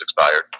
expired